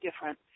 different